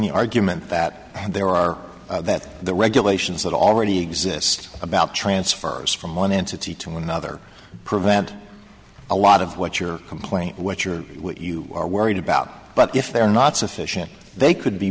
the argument that there are that the regulations that already exist about transfers from one entity to another prevent a lot of what your complaint what your what you are worried about but if they're not sufficient they could be